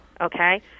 Okay